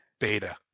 Beta